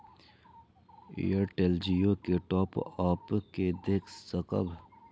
Airtel Jio के top up के देख सकब?